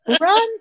Run